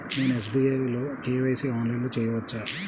నేను ఎస్.బీ.ఐ లో కే.వై.సి ఆన్లైన్లో చేయవచ్చా?